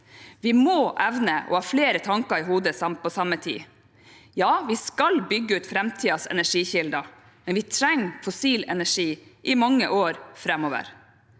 Vi må evne å ha flere tanker i hodet på samme tid. Ja, vi skal bygge ut framtidens energikilder, men vi trenger fossil energi i mange år framover.